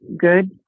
good